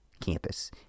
campus